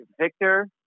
Victor